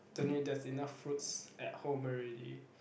don't need there's enough fruits at home already